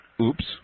oops